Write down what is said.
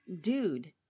dude